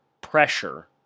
pressure